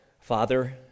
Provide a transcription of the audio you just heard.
Father